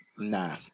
Nah